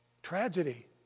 Tragedy